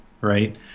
right